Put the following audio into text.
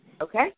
Okay